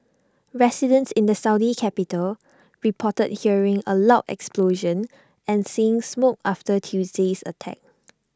residents in the Saudi capital reported hearing A loud explosion and seeing smoke after Tuesday's attack